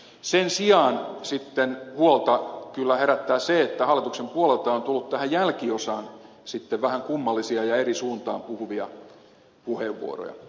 sen sijaan sitten huolta kyllä herättää se että hallituksen puolelta on tullut tähän jälkiosaan vähän kummallisia ja eri suuntaan puhuvia puheenvuoroja